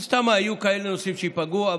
מן הסתם יהיו כאלה נושאים שייפגעו,